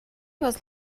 was